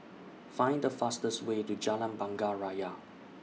Find The fastest Way to Jalan Bunga Raya